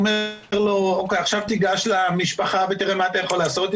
או אומר לו שייגש עכשיו למשפחה ותראה מה אתה יכול לעשות,